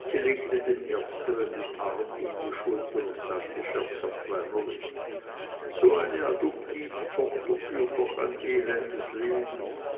sie legte dem erstern den arm um die schultern und sagte scherzhaft weinerlich so eine adoptivtochter fahrt doch ein elendes leben